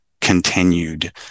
continued